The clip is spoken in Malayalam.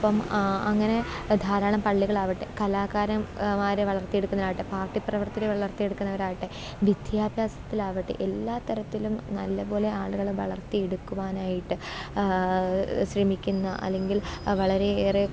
അപ്പം അങ്ങനെ ധാരാളം പള്ളികളാവട്ടെ കലാകാരൻമാരെ വളർത്തി എടുക്കുന്നവരാകട്ടെ പാർട്ടി പ്രവർത്തകരെ വളർത്തി എടുക്കുന്നവരാക്കട്ടെ വിദ്യാഭ്യാസത്തിലാവട്ടെ എല്ലാതരത്തിലും നല്ലപോലെ ആളുകളെ വളർത്തി എടുക്കുവാനായിട്ട് ശ്രമിക്കുന്ന അല്ലെങ്കിൽ വളരെ ഏറെ